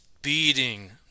beating